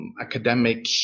academic